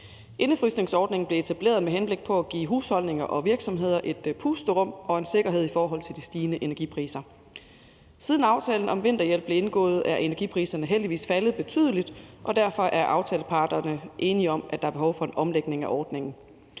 Indefrysningsordningen blev etableret med henblik på at give husholdninger og virksomheder et pusterum og en sikkerhed i forhold til de stigende energipriser. Siden aftalen om vinterhjælp blev indgået, er energipriserne heldigvis faldet betydeligt, og derfor er aftaleparterne enige om, at der er behov for en omlægning af ordningen.